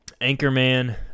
anchorman